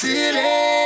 City